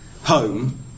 home